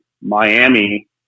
Miami